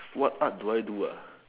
what what do I do